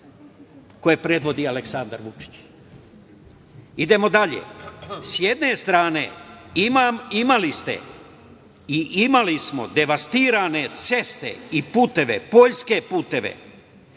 koje predvodi Aleksandar Vučić. Idemo dalje. S jedne strane imali ste i imali smo devastirane ceste i puteve, poljske puteve,